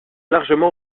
largement